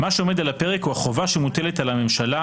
מה שעומד על הפרק הוא החובה שמוטלת על הממשלה,